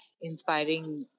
inspiring